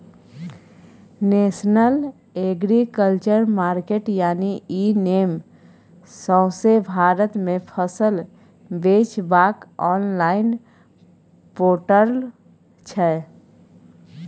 national agriculture market यानी e NAM सौंसे भारत मे फसल बेचबाक आनलॉइन पोर्टल छै